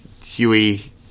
Huey